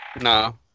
No